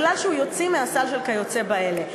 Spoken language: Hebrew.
כי היא תוציא מהסל של "כיוצא באלה".